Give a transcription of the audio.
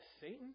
Satan